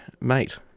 mate